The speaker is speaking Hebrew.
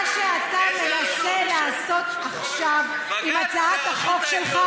מה שאתה מנסה לעשות עכשיו עם הצעת החוק שלך